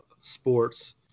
sports –